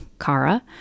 Kara